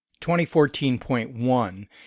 2014.1